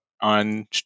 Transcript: on